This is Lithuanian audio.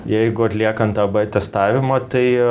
jeigu atliekant a b testavimą tai